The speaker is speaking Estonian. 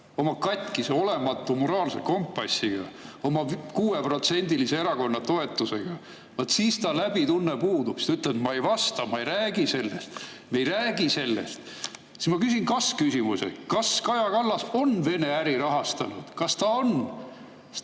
oma katkise või olematu moraalse kompassiga, oma kuueprotsendilise erakonna toetusega – vaat siis tal häbitunne puudub. Siis ta ütleb, et ma ei vasta, ma ei räägi sellest, me ei räägi sellest. Ma küsin kas-küsimuse: kas Kaja Kallas on Vene äri rahastanud? Kas ta on